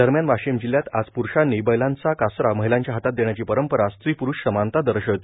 दरम्यान वाशिम जिल्ह्यात आज पुरूषांनी बैलांचा कासरा महिलांच्या हातात देण्याची परंपरा स्त्रीपुरूष समानता दर्शविते